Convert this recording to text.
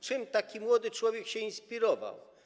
Czym taki młody człowiek się inspirował?